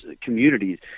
communities